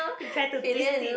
you try to twist it